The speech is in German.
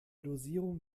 dosierung